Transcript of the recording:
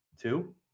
two